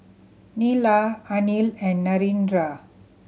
Neila Anil and Narendra